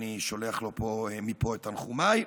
ואני שולח לו מפה את תנחומיי,